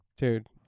Dude